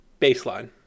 baseline